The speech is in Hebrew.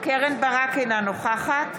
קרן ברק, אינה נוכחת